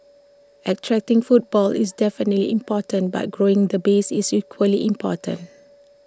attracting footfall is definitely important but growing the base is equally important